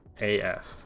AF